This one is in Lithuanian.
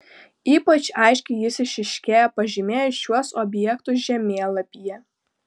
ypač aiškiai jis išryškėja pažymėjus šiuos objektus žemėlapyje